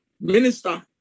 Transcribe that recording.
minister